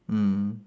mm